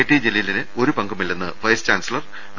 T ജലീ ലിന് ഒരു പങ്കുമില്ലെന്ന് വൈസ്ചാൻസിലർ ഡോ